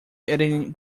editing